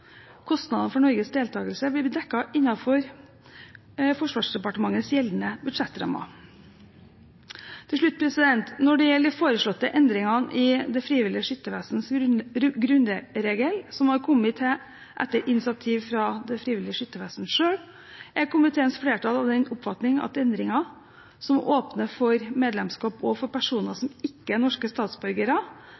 Kostnadene for Norges deltagelse vil bli dekket innenfor Forsvarsdepartementets gjeldende budsjettrammer. Til slutt: Når det gjelder de foreslåtte endringene i Det frivillige Skyttervesens grunnregel, som har blitt til etter initiativ fra Det frivillige Skyttervesen selv, er komiteens flertall av den oppfatning at endringen, som åpner for medlemskap også for personer som